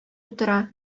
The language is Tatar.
утыра